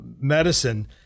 medicine